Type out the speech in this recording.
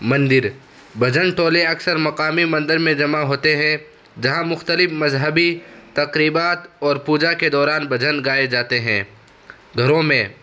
مندر بھجن ٹولے اکثر مقامی مندر میں جمع ہوتے ہیں جہاں مختلف مذہبی تقریبات اور پوجا کے دوران بھجن گائے جاتے ہیں گھروں میں